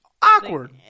Awkward